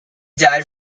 died